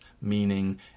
meaning